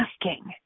asking